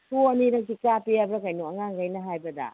ꯁꯣ ꯑꯅꯤꯔꯛꯁꯨ ꯀꯥꯞꯄꯦ ꯍꯥꯏꯕ꯭ꯔ ꯀꯩꯅꯣ ꯑꯉꯥꯡꯈꯩꯅ ꯍꯥꯏꯕꯗ